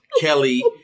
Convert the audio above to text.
Kelly